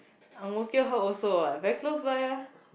Ang-Mo-Kio hub also what very close by ah